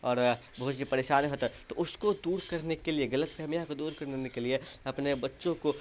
اور بہت ہی پریشانی ہوتا ہے تو اس کو دور کرنے کے لیے غلط فہمیاں کو دور کرنے کے لیے اپنے بچوں کو